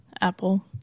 Apple